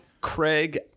Craig